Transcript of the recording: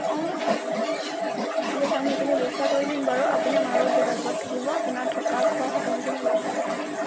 অঁ ঠিক আছে আমি সেইখিনি ব্যৱস্থা কৰি দিম বাৰু আপুনি আমাৰ লগত যোগাযোগত থাকিব আপোনাৰ থকা খোৱা সকলোখিনি ব্যৱস্থা কৰি দিম